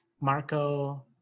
Marco